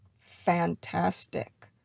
fantastic